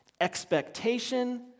expectation